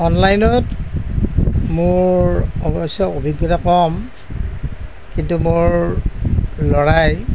অনলাইনত মোৰ অৱশ্যে অভিজ্ঞতা কম কিন্তু মোৰ ল'ৰাই